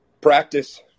Practice